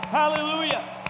hallelujah